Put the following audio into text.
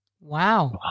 Wow